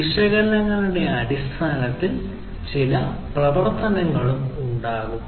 വിശകലനങ്ങളുടെ അടിസ്ഥാനത്തിൽ ചില പ്രവർത്തനങ്ങളുണ്ടാകാം